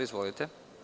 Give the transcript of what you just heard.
Izvolite.